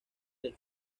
del